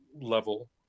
level